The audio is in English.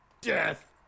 Death